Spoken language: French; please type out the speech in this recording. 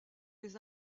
les